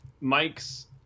mike's